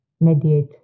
mediate